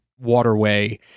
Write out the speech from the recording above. waterway